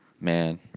Man